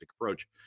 approach